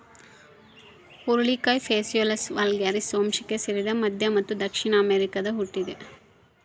ಹುರುಳಿಕಾಯಿ Phaseolus vulgaris ವಂಶಕ್ಕೆ ಸೇರಿದ ಮಧ್ಯ ಮತ್ತು ದಕ್ಷಿಣ ಅಮೆರಿಕಾದಾಗ ಹುಟ್ಯಾದ